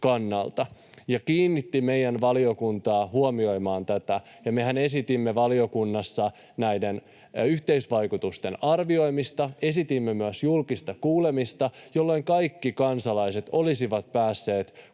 ja kehotti meidän valiokuntaa huomioimaan tätä. Ja mehän esitimme valiokunnassa näiden yhteisvaikutusten arvioimista ja esitimme myös julkista kuulemista, jolloin kaikki kansalaiset olisivat päässeet